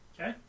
Okay